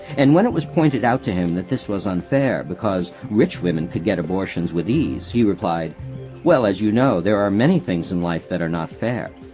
and when it was pointed out to him that this was unfair, because rich women could get abortions with ease, he replied well, as you know, there are many things in life that are not fair,